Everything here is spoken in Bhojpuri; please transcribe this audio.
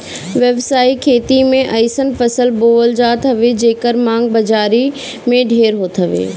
व्यावसायिक खेती में अइसन फसल बोअल जात हवे जेकर मांग बाजारी में ढेर होत हवे